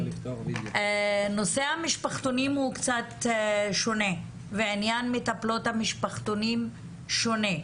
נושא המשפחתונים הוא קצת שונה ועניין מטפלות המשפחתונים שונה.